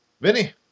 Vinny